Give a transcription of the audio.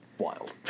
wild